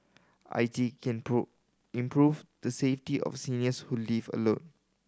I T can prove improve the safety of seniors who live alone